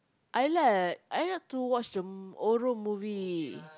I like I like to watch the horror movie